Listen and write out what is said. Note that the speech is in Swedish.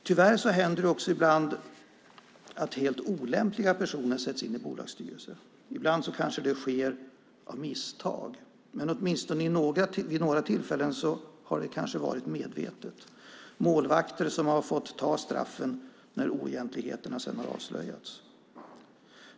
Tyvärr händer det ibland att helt olämpliga personer sätts in i bolagsstyrelser. Ibland kanske det sker av misstag. Men vid åtminstone några tillfällen har det kanske varit medvetet och att målvakter har fått ta straffen när oegentligheterna sedan har avslöjats.